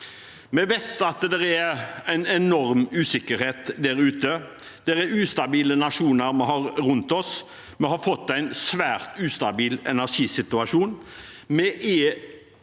Vi vet at det er en enorm usikkerhet der ute. Vi har ustabile nasjoner rundt oss, og vi har fått en svært ustabil energisituasjon.